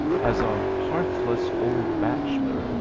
as a hearthless old bachelor,